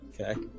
okay